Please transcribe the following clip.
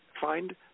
find